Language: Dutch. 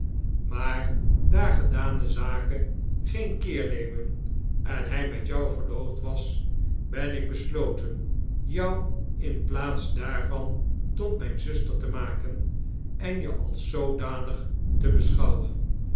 maar daar gedane zaken geen keer nemen en hij met jou verloofd was ben ik besloten jou in plaats daarvan tot mijn zuster te maken en je als zoodanig te beschouwen